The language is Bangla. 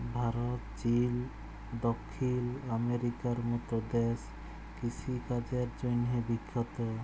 ভারত, চিল, দখ্খিল আমেরিকার মত দ্যাশ কিষিকাজের জ্যনহে বিখ্যাত